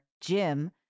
Jim